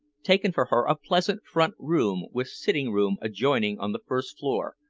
taken for her a pleasant front room with sitting-room adjoining on the first floor,